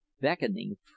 beckoning